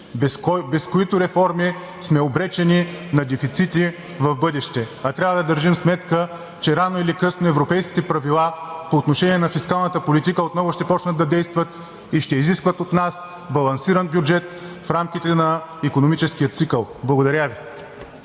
без които реформи сме обречени на дефицити в бъдеще. А трябва да държим сметка, че рано или късно европейските правила по отношение на фискалната политика отново ще почнат да действат и ще изискват от нас балансиран бюджет в рамките на икономическия цикъл. Благодаря Ви.